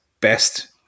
Best